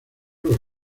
los